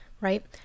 right